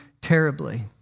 terribly